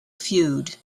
feud